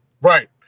right